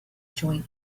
joint